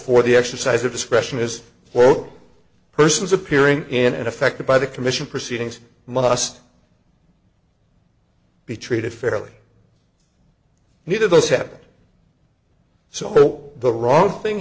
for the exercise of discretion is for persons appearing in an affected by the commission proceedings must be treated fairly new to the set so the wrong thing